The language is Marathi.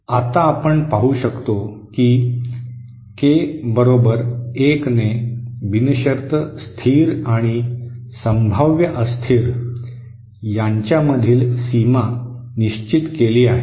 आता आपण पाहू शकतो की के बरोबर 1 ने बिनशर्त स्थिर आणि संभाव्य अस्थिर यांच्यामधील सीमा निश्चित केली आहे